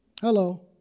Hello